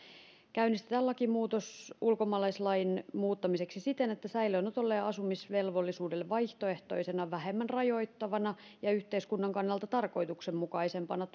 käynnistetään lakimuutos ulkomaalaislain muuttamiseksi siten että säilöönotolle ja asumisvelvollisuudelle vaihtoehtoisena vähemmän rajoittavana ja yhteiskunnan kannalta tarkoituksenmukaisempana